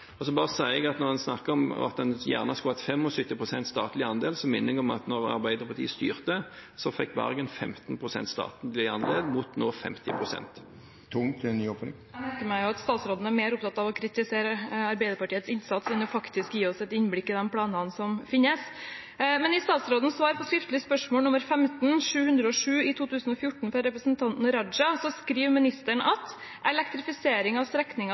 Så vil jeg bare si at når en snakker om at en gjerne skulle hatt 75 pst. statlig andel, vil jeg minne om at da Arbeiderpartiet styrte, fikk Bergen 15 pst. statlig andel, mot nå 50 pst. Jeg merker meg at statsråden er mer opptatt av å kritisere Arbeiderpartiets innsats enn faktisk å gi oss et innblikk i de planene som finnes. Men i statsrådens svar på skriftlig spørsmål nr. 15:707 fra 2014, fra representanten Raja, skriver ministeren at «elektrifiseringen av